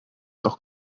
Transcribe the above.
auch